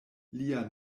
lia